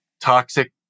toxic